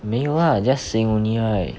没有 just saying only right